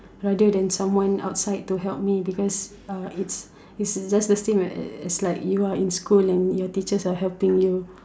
rather than someone outside to help me because uh it's it's just the same as as like you are in school and your teachers are helping you